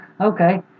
Okay